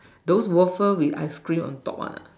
those waffle with ice cream on top one ah